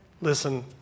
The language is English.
Listen